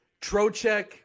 Trocek